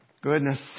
Goodness